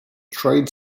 trade